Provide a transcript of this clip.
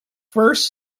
first